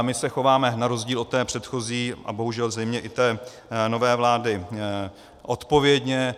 My se chováme na rozdíl od předchozí a bohužel zřejmě i té nové vlády odpovědně.